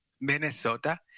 Minnesota